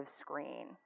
screen